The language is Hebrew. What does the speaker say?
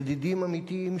ידידים אמיתיים,